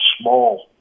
small